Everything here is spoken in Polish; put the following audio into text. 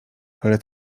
ale